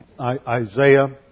Isaiah